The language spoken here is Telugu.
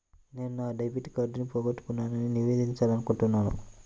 నేను నా డెబిట్ కార్డ్ని పోగొట్టుకున్నాని నివేదించాలనుకుంటున్నాను